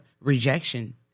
rejection